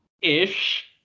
Ish